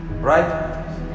right